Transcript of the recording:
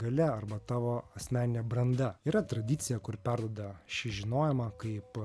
galia arba tavo asmeninė branda yra tradicija kur perduoda šį žinojimą kaip